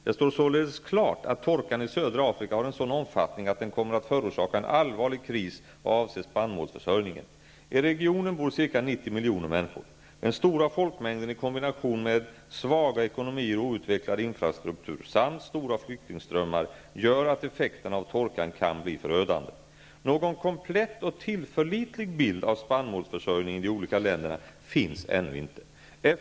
Det står således klart att torkan i södra Afrika har en sådan omfattning att den kommer att förorsaka en allvarlig kris vad avser spannmålsförsörjningen. I regionen bor ca 90 miljoner människor. Den stora folkmängden i kombination med svaga ekonomier och outvecklad infrastruktur samt stora flyktingströmmar gör att effekterna av torkan kan bli förödande. Någon komplett och tillförlitlig bild av spannmålsförsörjningen i de olika länderna finns ännu inte.